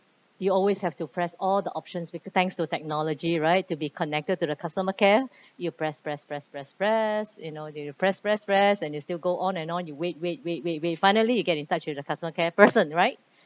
you always have to press all the options we could thanks to technology right to be connected to the customer care you press press press press you know then press press press press and it still go on and on you wait wait wait wait wait finally you get in touch with the customer care person right